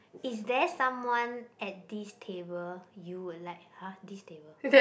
is there someone at this table you would like !huh! this table